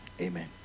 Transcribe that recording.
Amen